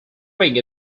ring